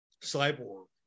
cyborg